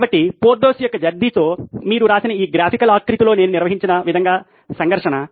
కాబట్టి పోర్థోస్ యొక్క దర్జీతో మీరు చూసిన నా గ్రాఫికల్ ఆకృతిలో నేను నిర్వచించిన విధంగా సంఘర్షణ